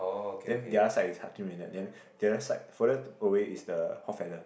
then the other side is then the other side further away is the